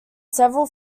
several